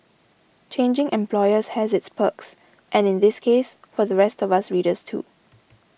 changing employers has its perks and in this case for the rest of us readers too